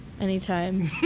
Anytime